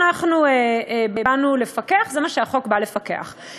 על זה באנו לפקח, זה מה שהחוק בא לפקח עליו.